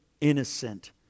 innocent